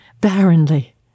barrenly